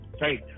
right